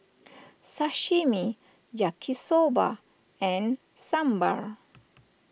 Sashimi Yaki Soba and Sambar